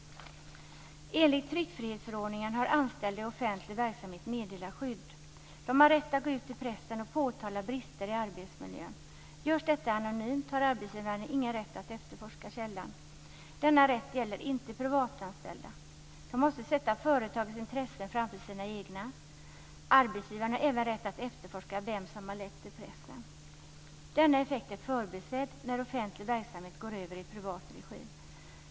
Enligt tryckfrihetsförordningen har anställda i offentlig verksamhet meddelarskydd. De har rätt att gå ut i pressen och påtala brister i arbetsmiljön. Görs detta anonymt har arbetsgivaren ingen rätt att efterforska källan. Denna rätt gäller inte privatanställda. De måste sätta företagets intressen framför sina egna. Arbetsgivaren har även rätt att efterforska vem som har läckt till pressen. Denna effekt är förbisedd när offentlig verksamhet går över i privat regi.